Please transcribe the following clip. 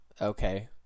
Okay